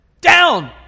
down